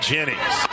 Jennings